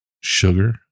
sugar